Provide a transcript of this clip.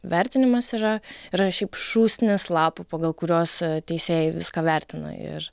vertinimas yra yra šiaip šūsnis lapų pagal kuriuos teisėjai viską vertina ir